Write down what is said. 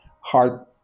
hard